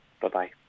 Bye-bye